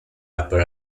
upper